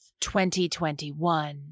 2021